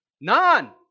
None